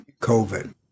COVID